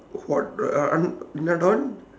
what uh uh